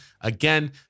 Again